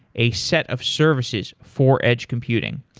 a set of services for edge computing.